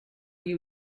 you